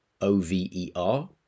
O-V-E-R